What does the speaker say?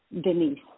Denise